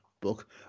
book